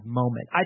moment